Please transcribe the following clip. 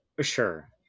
Sure